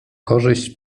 korzyść